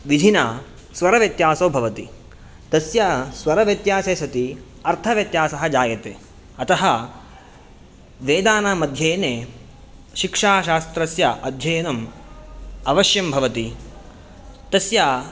विधिना स्वरव्यत्यासो भवति तस्य स्वरव्यत्यासे सति अर्थव्यत्यासः जायते अतः वेदानामध्ययने शिक्षाशास्त्रस्य अध्ययनम् अवश्यं भवति तस्य